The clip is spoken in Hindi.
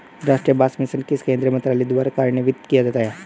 राष्ट्रीय बांस मिशन किस केंद्रीय मंत्रालय द्वारा कार्यान्वित किया जाता है?